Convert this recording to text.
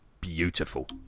beautiful